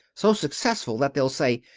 so successful that they'll say,